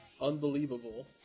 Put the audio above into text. Unbelievable